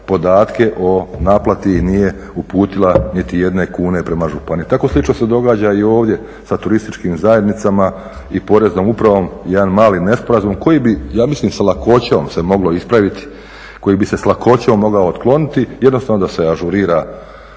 podatke o naplati i nije uputila niti jedne kune prema županiji. Tako slično se događa i ovdje sa turističkim zajednicama i Poreznom upravom jedan mali nesporazum koji bi ja mislim sa lakoćom se moglo ispraviti, koji bi se s lakoćom mogao otkloniti, jednostavno da se ažurira